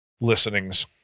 listenings